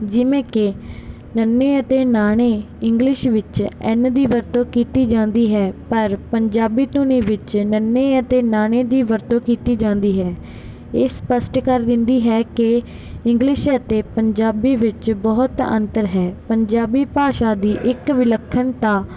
ਜਿਵੇਂ ਕਿ ਨੱਨੇ ਅਤੇ ਨਾਣੇ ਇੰਗਲਿਸ਼ ਵਿੱਚ ਐਨ ਦੀ ਵਰਤੋਂ ਕੀਤੀ ਜਾਂਦੀ ਹੈ ਪਰ ਪੰਜਾਬੀ ਧੁਨੀ ਵਿੱਚ ਨੱਨੇ ਅਤੇ ਨਾਣੇ ਦੀ ਵਰਤੋਂ ਕੀਤੀ ਜਾਂਦੀ ਹੈ ਇਹ ਸਪਸ਼ਟ ਕਰ ਦਿੰਦੀ ਹੈ ਕਿ ਇੰਗਲਿਸ਼ ਅਤੇ ਪੰਜਾਬੀ ਵਿੱਚ ਬਹੁਤ ਅੰਤਰ ਹੈ ਪੰਜਾਬੀ ਭਾਸ਼ਾ ਦੀ ਇੱਕ ਵਿਲੱਖਣਤਾ